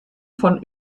von